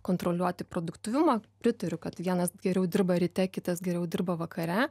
kontroliuoti produktyvumą pritariu kad vienas geriau dirba ryte kitas geriau dirba vakare